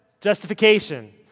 justification